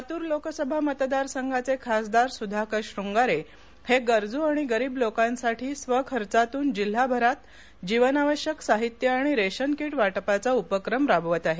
लातूर लोकसभा मतदारसंघाचे खासदार सुधाकर शृंगारे हे गरजू आणि गरीब लोकांसाठी स्वखर्चातून जिल्हाभरात जीवनावश्यक साहित्य आणि रेशन किट वाटपाचा उपक्रम राबवत आहेत